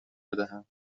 بدهند